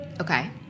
Okay